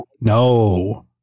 no